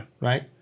right